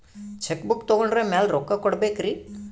Check book ತೊಗೊಂಡ್ರ ಮ್ಯಾಲೆ ರೊಕ್ಕ ಕೊಡಬೇಕರಿ?